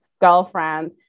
girlfriend